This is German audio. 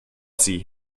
sie